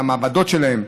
למעבדות שלהם,